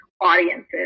audiences